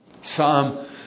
Psalm